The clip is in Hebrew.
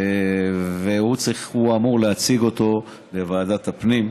והוא אמור להציג אותו בוועדת הפנים.